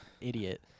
idiot